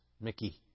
Mickey